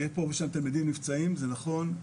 פה ושם תלמידים נפצעים וזה נכון,